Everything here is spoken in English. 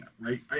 right